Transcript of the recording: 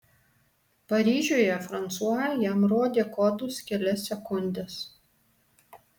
paryžiuje fransua jam rodė kodus kelias sekundes